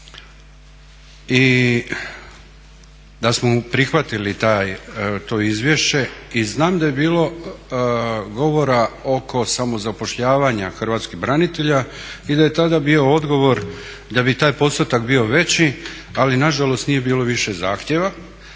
i da smo prihvatili to izvješće. I znam da je bilo govora oko samozapošljavanja hrvatskih branitelja i da je tada bio odgovor da bi taj postotak bio veći ali nažalost nije bilo više zahtjeva.